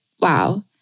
wow